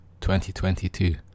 2022